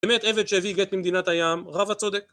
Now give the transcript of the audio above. באמת עבד שהביא גט ממדינת הים, רבא צודק